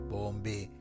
Bombay